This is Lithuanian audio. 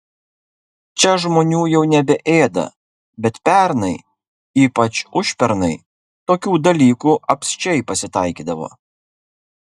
čia žmonių jau nebeėda bet pernai ypač užpernai tokių dalykų apsčiai pasitaikydavo